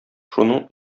шуның